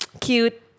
Cute